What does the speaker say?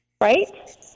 right